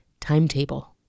timetable